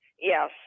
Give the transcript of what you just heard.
yes